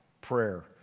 prayer